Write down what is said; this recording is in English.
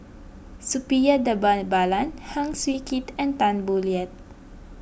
Suppiah Dhanabalan Heng Swee Keat and Tan Boo Liat